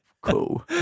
cool